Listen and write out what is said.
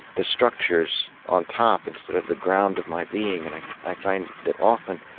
the structures on top instead of the ground of my being. and i i find that often,